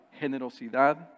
generosidad